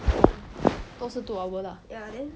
oh 都是 two hour lah